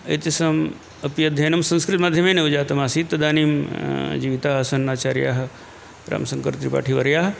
एतेषाम् अपि अध्ययनं संस्कृतमाध्यमेन एव जातमासीत् तदानीं जीविताः आसन् आचार्याः रामशङ्करत्रिपाठिवर्याः